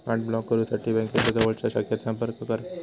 card block करुसाठी बँकेच्या जवळच्या शाखेत संपर्क करा